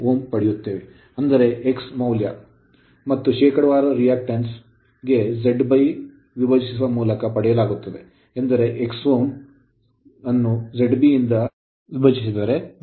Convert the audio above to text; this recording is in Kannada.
049 Ω ಪಡೆಯುತ್ತಿದ್ದೇವೆ ಅಂದರೆ ಎಕ್ಸ್ ಮೌಲ್ಯ ಮತ್ತು ಶೇಕಡಾವಾರು reactance ಪ್ರತಿಕ್ರಿಯಾವನ್ನು ZB ವಿಭಜಿಸುವ ಮೂಲಕ ಪಡೆಯಲಾಗುತ್ತದೆ ಏಕೆಂದರೆ X Ω ZB ಕೂಡ Ω 0